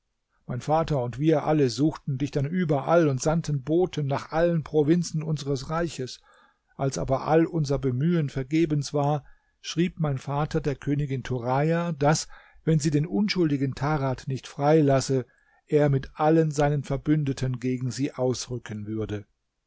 mein vater und wir alle suchten dich dann überall und sandten boten nach allen provinzen unseres reiches als aber all unser bemühen vergebens war schrieb mein vater der königin turaja daß wenn sie den unschuldigen tarad nicht freilasse er mit allen seinen verbündeten gegen sie ausrücken würde